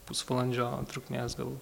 pusvalandžio trukmės gal